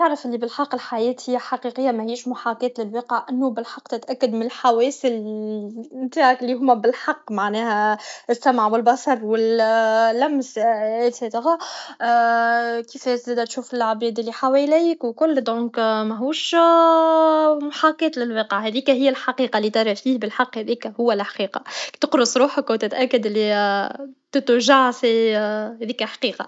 بش تعرف لي بالحق بلي الحياة هي حقيقيه مهيش محاكاة للواقع انو بالحق تتاكد انو بالحق تتاكد من الحواس لي نتاعك لي هما بالحق معناها السمع و البصر و اللمس اكسيتيغا كفاه زاده تشوف لعباد لي حواليك وكل دونك مهوش محاكاة للواقع هذيك هي الحقيقه لي ترى فيه بالحق هذيك هو لحقيقه تقرص روحك و تتاكد بلي تتوجع سي هذيك حقيقه